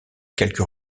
quelques